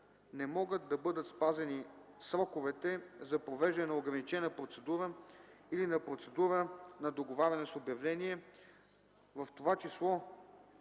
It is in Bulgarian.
не могат да бъдат спазени сроковете за провеждане на ограничена процедура или на процедура на договаряне с обявление, в т. ч.